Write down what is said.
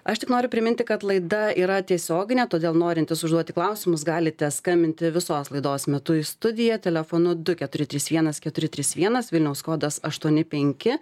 aš tik noriu priminti kad laida yra tiesioginė todėl norintys užduoti klausimus galite skambinti visos laidos metu į studiją telefonu du keturi trys vienas keturi trys vienas vilniaus kodas aštuoni penki